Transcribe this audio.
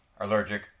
allergic